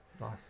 Nice